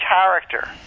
character